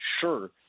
sure